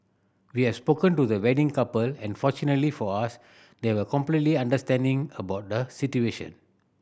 we have spoken to the wedding couple and fortunately for us they were completely understanding about the situation